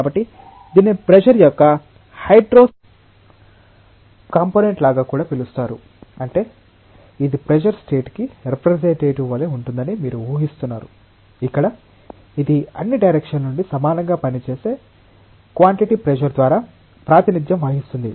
కాబట్టి దీనిని ప్రెషర్ యొక్క హైడ్రోస్టాటిక్ కంపోనెంట్ లాగా కూడా పిలుస్తారు అంటే ఇది ప్రెషర్ స్టేట్ కి రెప్రజెంటేటివ్ వలె ఉంటుందని మీరు ఉహిస్తున్నారు ఇక్కడ ఇది అన్ని డైరెక్షన్ ల నుండి సమానంగా పనిచేసే క్వాన్టిటీ ప్రెషర్ ద్వారా ప్రాతినిధ్యం వహిస్తుంది